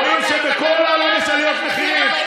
רואים שבכל העולם יש עליות מחירים.